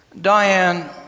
Diane